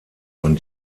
von